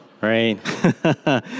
right